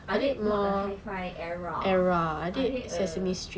adik not a high five era adik a